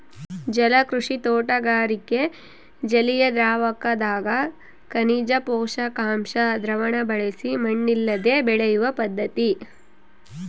ಜಲಕೃಷಿ ತೋಟಗಾರಿಕೆ ಜಲಿಯದ್ರಾವಕದಗ ಖನಿಜ ಪೋಷಕಾಂಶ ದ್ರಾವಣ ಬಳಸಿ ಮಣ್ಣಿಲ್ಲದೆ ಬೆಳೆಯುವ ಪದ್ಧತಿ